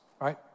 right